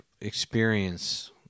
experience